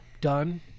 done